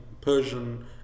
persian